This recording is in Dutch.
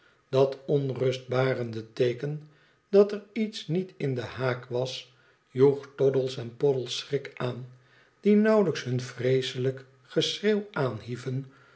dat onrustbarende teeken dat er iets niet in den haak was joeg roddles en poddles schrik aan die nauwelijks hun vreeselijk geschreeuw aanhieven